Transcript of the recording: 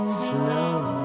slow